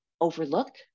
overlook